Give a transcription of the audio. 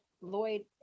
Lloyd